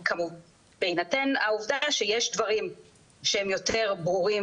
בהינתן העובדה שיש דברים שהם יותר ברורים